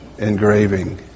Engraving